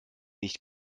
nicht